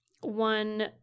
one